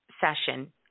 session